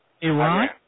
Iran